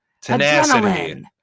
tenacity